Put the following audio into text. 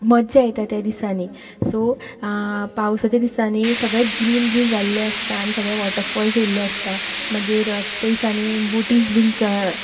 मज्जा येता त्या दिसांनी सो पावसाच्या दिसांनी सगले ग्रीन ग्रीन जाल्लें आसता आनी सगले वॉटरफॉल्स येयल्ले आसता मागीर त्या दिसांनी बोटीस बीन